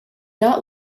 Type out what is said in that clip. not